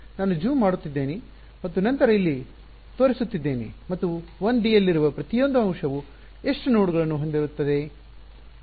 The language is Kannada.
ನಾನು ಜೂಮ್ ಮಾಡುತ್ತಿದ್ದೇನೆ ಮತ್ತು ನಂತರ ಇಲ್ಲಿ ತೋರಿಸುತ್ತಿದ್ದೇನೆ ಮತ್ತು 1ಡಿ ಯಲ್ಲಿರುವ ಪ್ರತಿಯೊಂದು ಅಂಶವು ಎಷ್ಟು ನೋಡ್ಗಳನ್ನು ಹೊಂದಿರುತ್ತದೆ